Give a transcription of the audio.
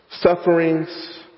sufferings